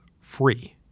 free